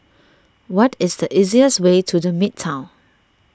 what is the easiest way to the Midtown